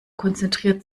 konzentriert